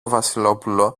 βασιλόπουλο